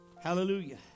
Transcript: Hallelujah